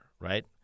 right